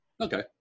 okay